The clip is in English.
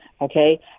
Okay